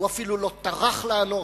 והוא אפילו לא טרח לענות.